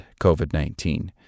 COVID-19